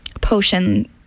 potion